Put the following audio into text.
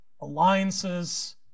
alliances